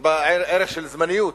יש בה ערך של זמניות.